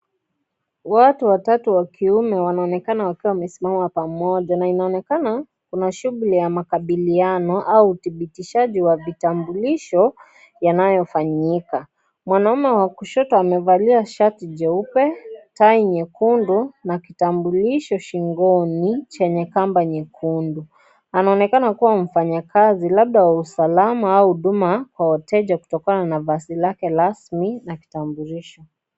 Watu watatu wa kiume wanaonekana wamesimama pamoja, na inaonekana kuna shughuli ya makabiliano au uthibitishaji wa vitambulisho, yanayofanyika. Mwanaume wa kushoto amevalia shati jeupe, tai nyekundu na kitambulisho shingoni, chenye kamba nyekundu. Anaonekana kuwa mfanyakazi labda wa usalama huduma kwa wateja kutokana na vazi lake rasmi na kitambulisho.